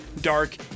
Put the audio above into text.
dark